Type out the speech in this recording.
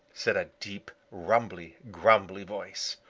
said a deep, rumbly, grumbly voice.